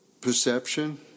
perception